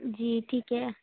جی ٹھیک ہے